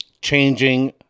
changing